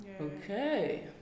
Okay